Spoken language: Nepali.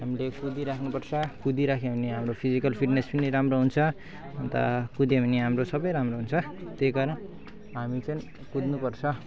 हामीले कुदिराख्नु पर्छ कुदिराख्यो भने हाम्रो फिजिकल फिटनेस पनि राम्रो हुन्छ अन्त कुद्यो भने हाम्रो सबै राम्रो हुन्छ त्यही कारण हामी चाहिँ कुद्नु पर्छ